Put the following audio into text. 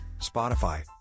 Spotify